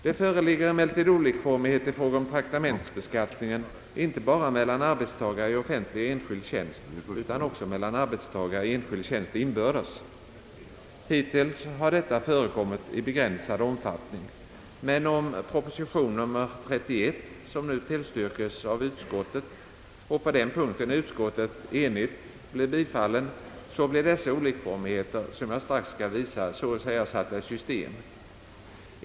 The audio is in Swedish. Det föreligger emellertid olikformighet i fråga om traktamentsbeskattningen inte bara mellan arbetstagare i offentlig och enskild tjänst utan också mellan arbetstagare i enskild tjänst inbördes. Hittills har detta gällt endast i begränsad omfattning, men om proposition nr 31, som nu enhälligt tillstyrkts av utskottet, bifalles av riksdagen blir dessa olikformigheter, såsom jag strax skall visa, satta i system.